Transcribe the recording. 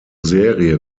serie